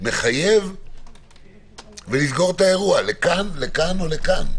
מחייב ולסגור את האירוע, לכאן או לכאן.